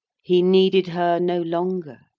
he needed her no longer,